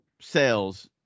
sales